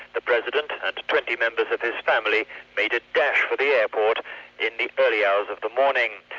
the president and twenty members of his family made a dash for the airport in the early hours of the morning.